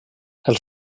els